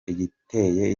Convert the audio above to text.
igiteye